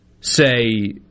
say